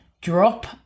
drop